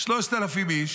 3,000 איש